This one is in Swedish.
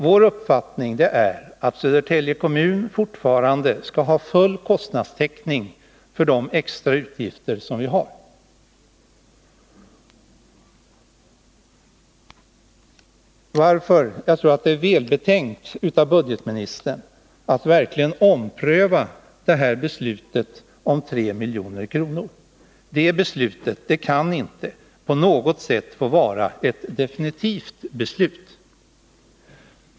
Vår uppfattning är att Södertälje kommun fortfarande skall ha full kostnadstäckning för de extra utgifter som kommunen har. Jag tror därför att det är välbetänkt av budgetministern att verkligen ompröva det här beslutet om 3 milj.kr. Det beslutet kan inte på något sätt få vara definitivt.